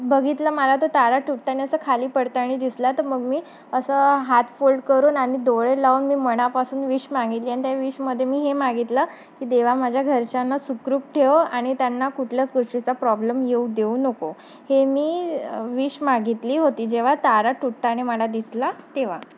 बघितलं मला तो तारा तुटताना असं खाली पडताना दिसला तर मग मी असं हात फोल्ड करून आणि डोळे लावून मी मनापासून विश मागितली आणि त्या विशमध्ये मी हे मागितलं की देवा माझ्या घरच्यांना सुखरूप ठेव आणि त्यांना कुठल्याच गोष्टीचा प्रॉब्लेम येऊ देऊ नको हे मी विश मागितली होती जेव्हा तारा तुटताना मला दिसला तेव्हा